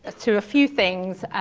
ah to a few things.